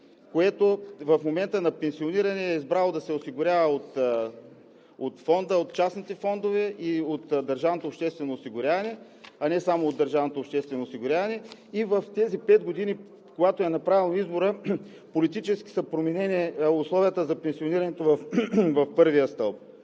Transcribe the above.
което в момента на пенсиониране е избрало да се осигурява от частните фондове и от държавното обществено осигуряване, а не само от държавното обществено осигуряване, и в тези пет години, когато е направило избора, политически са променени условията за пенсионирането в първия стълб?